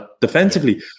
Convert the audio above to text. defensively